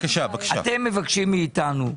אתם מבקשים מאתנו,